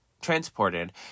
transported